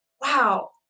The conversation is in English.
wow